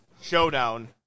showdown